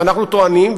ואנחנו טוענים,